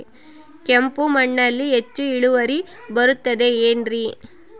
ಕೆಂಪು ಮಣ್ಣಲ್ಲಿ ಹೆಚ್ಚು ಇಳುವರಿ ಬರುತ್ತದೆ ಏನ್ರಿ?